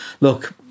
look